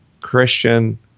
Christian